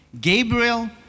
Gabriel